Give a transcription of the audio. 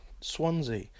Swansea